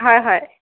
হয় হয়